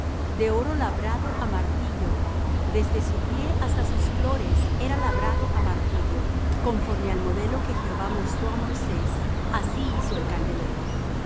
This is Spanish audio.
de oro labrado á martillo desde su pie hasta sus flores era labrado á martillo conforme al modelo que jehová mostró á moisés así hizo el candelero y